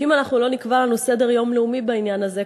שאם אנחנו לא נקבע לנו סדר-יום לאומי בעניין הזה,